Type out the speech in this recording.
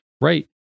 right